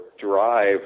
drive